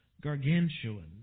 gargantuan